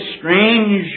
strange